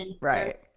right